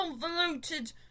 convoluted